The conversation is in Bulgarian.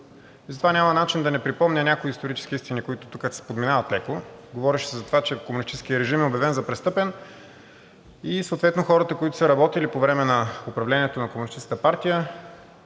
и затова няма начин да не припомня някои исторически истини, които тук се подминават леко. Говореше се за това че комунистическият режим е обявен за престъпен и съответно хората, които са работели по време на управлението на